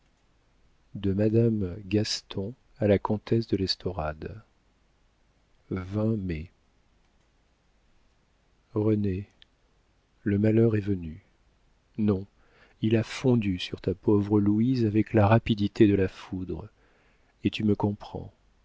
de madame gaston a la comtesse de les de mai renée le malheur est venu non il a fondu sur ta pauvre louise avec la rapidité de la foudre et tu me comprends